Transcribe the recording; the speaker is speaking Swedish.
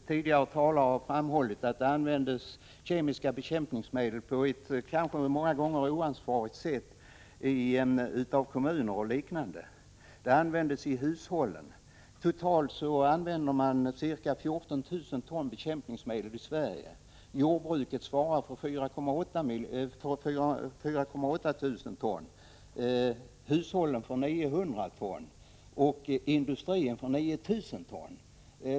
Tidigare talare har framhållit att det i kommuner, hushåll m.m. används kemiska bekämpnings medel på ett kanske många gånger oansvarigt sätt. Totalt använder man ca 14 000 ton bekämpningsmedel i Sverige. Jordbruket svarar för 4 800 ton, hushållen för 900 ton och industrin för 9 000 ton.